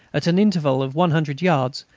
at an interval of one hundred yards,